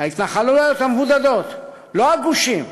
ההתנחלויות המבודדות, לא הגושים,